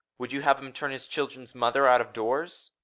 would you have him turn his children's mother out of doors?